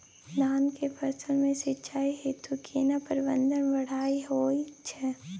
धान के फसल में सिंचाई हेतु केना प्रबंध बढ़िया होयत छै?